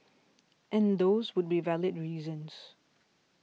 and those would be valid reasons